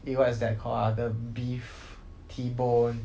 eh what is called ah the beef T-bone